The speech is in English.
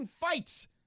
fights